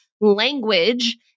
language